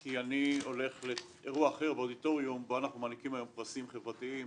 כי אני הולך לאירוע אחר באודיטוריום בו אנחנו מעניקים פרסים חברתיים,